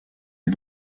est